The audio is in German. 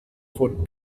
von